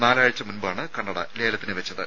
നാലാഴ്ച മുമ്പാണ് കണ്ണട ലേലത്തിന് വെച്ചത്